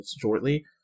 shortly